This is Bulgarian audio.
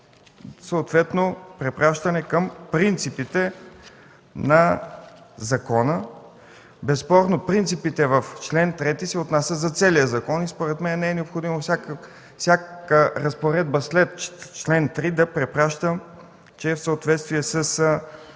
съответно препращане към принципите на закона. Безспорно принципите в чл. 3 се отнасят за целия закон и според мен не е необходимо всяка разпоредба след чл. 3 да препраща, че е в съответствие с